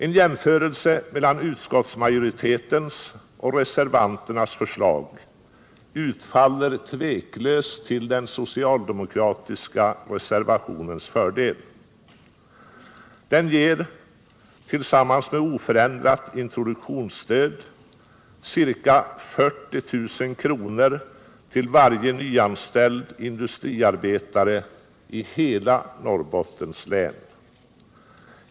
En jämförelse mellan utskottsmajoritetens och reservanternas förslag utfaller tveklöst till den socialdemokratiska reservationens fördel. Den ger tillsammans med oförändrat introduktionsstöd ca 40 000 kr. till varje nyanställd industriarbetare i hela Norrbottens län.